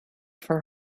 for